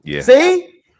See